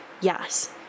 yes